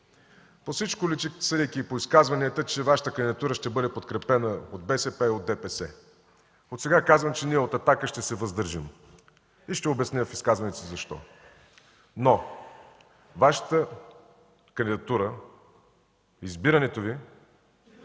По всичко личи, съдейки по изказванията, че Вашата кандидатура ще бъде подкрепена от ДПС и от БСП. Отсега казвам, че ние от „Атака” ще се въздържим и ще обясня в изказването си защо. Вашата кандидатура, избирането Ви